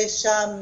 יש שם